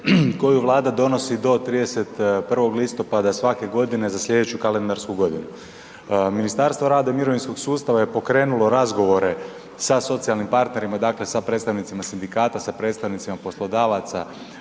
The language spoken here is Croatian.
koju Vlada donosi do 31. listopada svake godine za sljedeću kalendarsku godinu. Ministarstvo rada i mirovinskog sustava je pokrenulo razgovore sa socijalnim partnerima, dakle sa predstavnicima sindikata, sa predstavnicima poslodavaca,